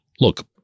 Look